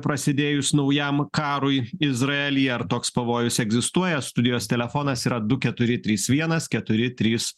prasidėjus naujam karui izraelyje ar toks pavojus egzistuoja studijos telefonas yra du keturi trys vienas keturi trys